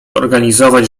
organizować